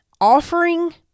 offering